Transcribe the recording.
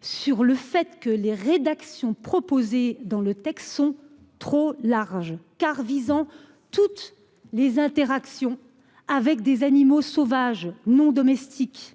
sur le fait que les rédactions proposées dans le texte sont trop la rage car visant toutes les interactions avec des animaux sauvages non domestique.